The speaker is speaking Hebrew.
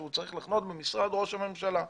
שהוא צריך לחנות במשרד ראש הממשלה.